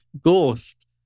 ghost